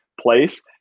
place